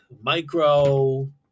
micro